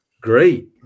great